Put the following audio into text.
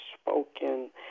spoken